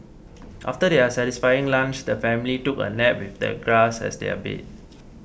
after their satisfying lunch the family took a nap with the grass as their bed